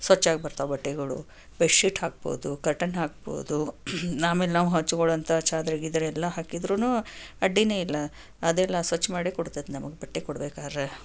ಸ್ವಚ್ಛಾಗಿ ಬರ್ತಾವ ಬಟ್ಟೆಗಳು ಬೆಡ್ಶೀಟ್ ಹಾಕಬಹುದು ಕರ್ಟನ್ ಹಾಕಬಹುದು ಆಮೇಲೆ ನಾವು ಹೊಚ್ಕೊಳ್ಳೋವಂತಹ ಚಾದರ ಗೀದರ ಎಲ್ಲ ಹಾಕಿದರೂ ಅಡ್ಡಿಯೇ ಇಲ್ಲ ಅದೆಲ್ಲ ಸ್ವಚ್ಛ ಮಾಡಿಕೋಡ್ತೈತಿ ನಮಗೆ ಬಟ್ಟೆ ಕೊಡಬೇಕಾದ್ರೆ